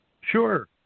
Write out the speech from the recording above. Sure